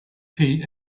pete